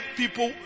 people